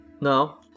No